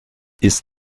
ist